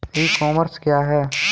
ई commerce क्या है?